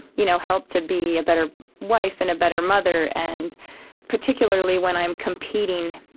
you know help to be a better wife and a better mother and particularly when i'm competing,